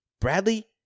Bradley